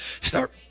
start